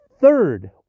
third